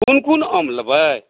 कोन कोन आम लेबै